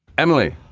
emily,